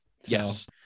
Yes